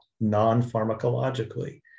non-pharmacologically